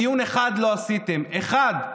דיון אחד לא עשיתם, אחד.